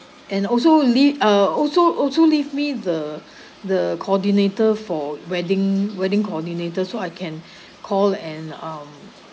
and also leave uh also also leave me the the coordinator for wedding wedding coordinator so I can call and um